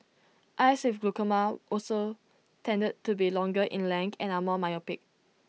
eyes with glaucoma also tended to be longer in length and are more myopic